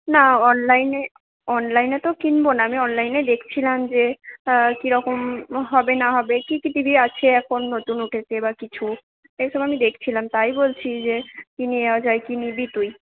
না অনলাইনে অনলাইনে তো কিনব না আমি অনলাইনে দেখছিলাম যে কীরকম হবে না হবে কী কী টি ভি আছে এখন নতুন উঠেছে বা কিছু এইসব আমি দেখছিলাম তাই বলছি যে কী নেওয়া যায় কী নিবি তুই